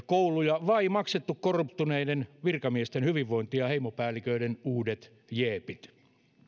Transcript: kouluja vai maksettu korruptoituneiden virkamiesten hyvinvointia ja heimopäälliköiden uudet jeepit